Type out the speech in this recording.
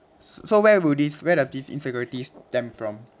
s~ so where would this where does this insecurity stem from